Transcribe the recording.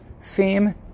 theme